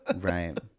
Right